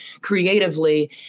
creatively